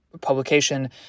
publication